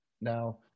Now